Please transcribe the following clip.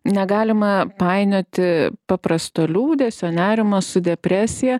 negalima painioti paprasto liūdesio nerimo su depresija